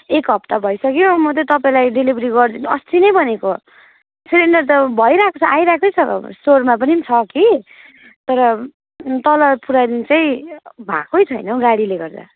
एक हप्ता भइसक्यो म तपाईँलाई डिलिभरी गर्दिनु अस्ति नै भनेको सिलिन्डर त भइरहेको छ आइरहेकै छ स्टोरमा पनि छ कि तर तल पुर्याइदिन चाहिँ भएकै छैन हौ गाडीले गर्दा